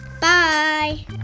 Bye